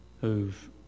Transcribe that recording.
who've